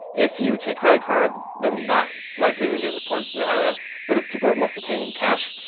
if you take credit cards then that likely will get reported to the irs but if people are mostly paying cash,